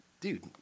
dude